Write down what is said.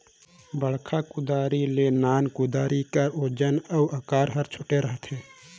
बड़खा कुदारी ले नान कुदारी कर ओजन अउ अकार हर छोटे रहथे